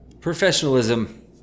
professionalism